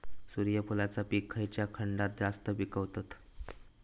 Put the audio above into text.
सूर्यफूलाचा पीक खयच्या खंडात जास्त पिकवतत?